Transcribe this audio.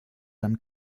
dann